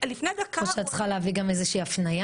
או שאת צריכה להביא גם איזושהי הפניה